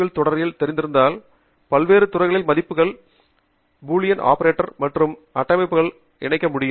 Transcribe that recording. L தொடரியல் தெரிந்திருந்தால் பல்வேறு துறைகள் மதிப்புகள் பூலியன் ஆபரேட்டர்கள் மற்றும் அடைப்புக்களை இணைக்க முடியும்